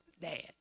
dad